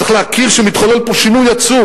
צריך להכיר שמתחולל פה שינוי עצום,